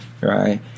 right